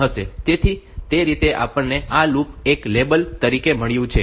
તેથી તે રીતે આપણને આ લૂપ એક લેબલ તરીકે મળ્યું છે